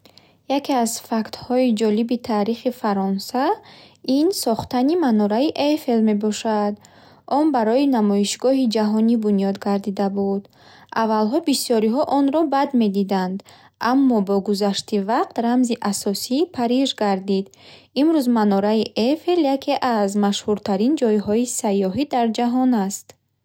Яке аз фактҳои ҷолиби таърихи Фаронса ин сохтани Манораи Эйфел мебошад. Он барои Намоишгоҳи ҷаҳонӣ бунёд гардида буд. Аввалҳо бисёриҳо онро бад мебинанд, аммо бо гузашти вақт рамзи асосии Париж гардид. Имрӯз Манораи Эйфел яке аз машҳуртарин ҷойҳои сайёҳӣ дар ҷаҳон аст.